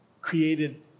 created